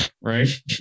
Right